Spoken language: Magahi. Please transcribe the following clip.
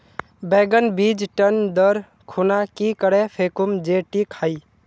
बैगन बीज टन दर खुना की करे फेकुम जे टिक हाई?